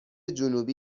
جنوبی